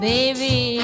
Baby